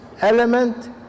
element